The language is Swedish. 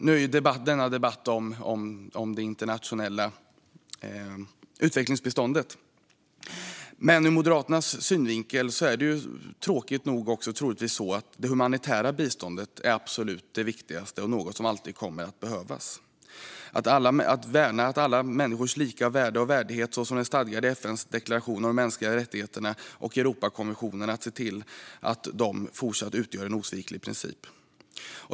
Nu handlar ju denna debatt om det internationella utvecklingsbiståndet, men ur Moderaternas synvinkel är det humanitära biståndet troligtvis - och tråkigt nog - det absolut viktigaste och något som alltid kommer att behövas. Vi ska värna alla människors lika värde och värdighet så som det är stadgat i FN:s deklaration om de mänskliga rättigheterna och i Europakonventionen och se till att dessa fortsatt utgör en osviklig princip.